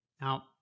Now